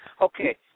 Okay